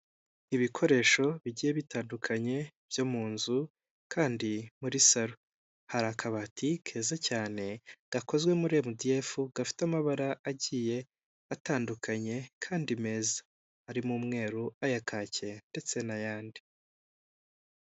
Ibikoresho bigiye bitandukanye byo mu nzu kandi muri salo, hari akabati keza cyane gakozwe muri MDEF, gafite amabara agiye atandukanye kandi meza, arimo umweru, aya kake ndetse n'ayandi.